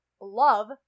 LOVE